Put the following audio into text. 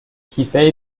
کیسه